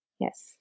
Yes